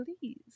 please